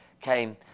came